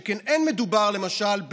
שכן אין מדובר, למשל,